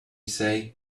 say